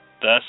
thus